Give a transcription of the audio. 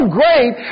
great